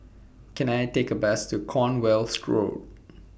Can I Take A Bus to Cornwall Road